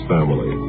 Family